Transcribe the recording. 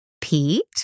Pete